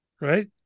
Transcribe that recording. right